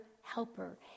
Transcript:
helper